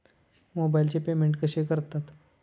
मोबाइलचे पेमेंट कसे करतात?